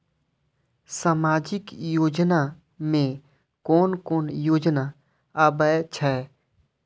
सामाजिक योजना में कोन कोन योजना आबै छै?